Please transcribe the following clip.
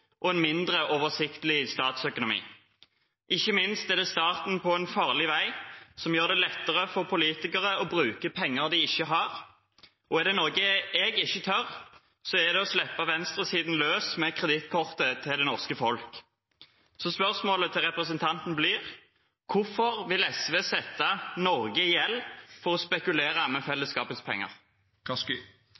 og en mindre oversiktlig statsøkonomi. Ikke minst vil staten være på en farlig vei som gjør det lettere for politikere å bruke penger de ikke har, og er det noe jeg ikke tør, er det å slippe venstresiden løs med kredittkortet til det norske folk. Så spørsmålet til representanten blir: Hvorfor vil SV sette Norge i gjeld for å spekulere med fellesskapets penger?